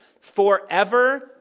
forever